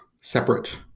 separate